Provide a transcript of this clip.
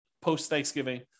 post-Thanksgiving